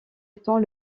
étant